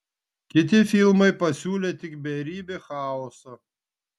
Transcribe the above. kiti filmai pasiūlė tik beribį chaosą